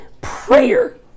prayer